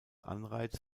anreiz